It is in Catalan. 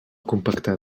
compactar